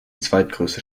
zweitgrößte